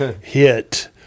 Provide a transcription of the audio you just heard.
hit